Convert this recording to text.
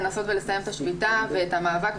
לנסות ולסיים את השביתה ואת המאבק,